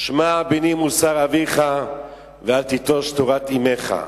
"שמע בני מוסר אביך ואל תטוש תורת אמך".